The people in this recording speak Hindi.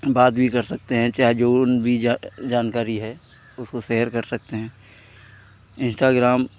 बात भी कर सकते हैं चाहे जो भी जा जानकारी है उसको शेयर कर सकते हैं इन्स्टाग्राम